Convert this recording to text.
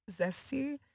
zesty